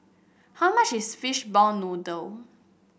how much is Fishball Noodle